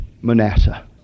Manasseh